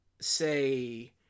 say